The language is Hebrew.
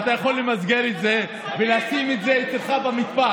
ואתה יכול למסגר את זה ולשים את זה אצלך במטבח,